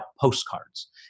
postcards